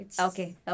Okay